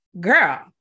girl